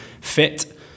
fit